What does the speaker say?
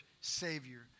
savior